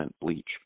bleach